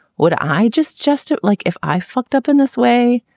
would i just just it like if i fucked up in this way,